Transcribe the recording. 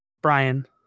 Brian